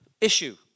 issue